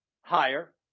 higher